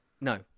No